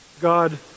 God